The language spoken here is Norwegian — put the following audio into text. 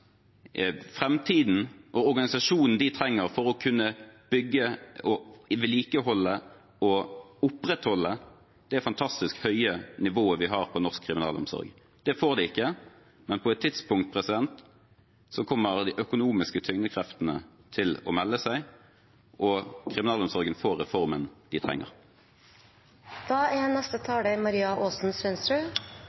fremtiden og organisasjonen de trenger for å kunne bygge, vedlikeholde og opprettholde det fantastisk høye nivået vi har på norsk kriminalomsorg. Det får de ikke, men på et tidspunkt kommer de økonomiske tyngdekreftene til å melde seg, og kriminalomsorgen får reformen de